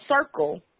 circle